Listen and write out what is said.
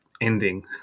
ending